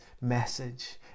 message